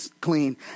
clean